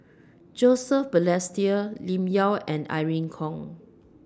Joseph Balestier Lim Yau and Irene Khong